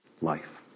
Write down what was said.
Life